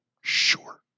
sure